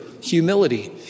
humility